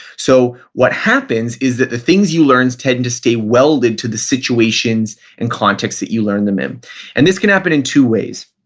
so what happens is that the things you learn tend to stay welded to the situations and context that you learn them in and this can happen in two ways.